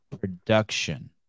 production